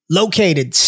located